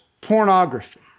pornography